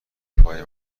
پای